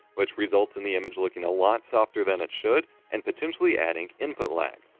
which results in the image looking a lot softer than it should, and potentially adding input lag.